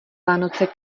vánoce